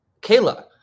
Kayla